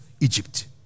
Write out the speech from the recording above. Egypt